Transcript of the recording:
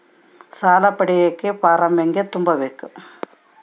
ಸಾಲ ಪಡಿಯಕ ಫಾರಂ ಹೆಂಗ ತುಂಬಬೇಕು?